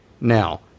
Now